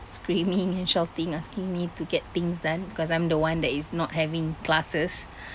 screaming and shouting asking me to get things done because I'm the one that is not having classes